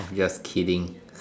just kidding